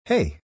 Hey